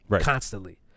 constantly